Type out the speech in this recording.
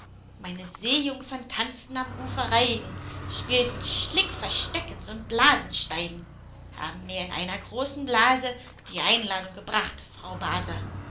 meine seejungfern tanzten am ufer reigen spielten schlickversteckens und blasensteigen haben mir in einer großen blase die einladung gebracht frau base